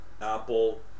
Apple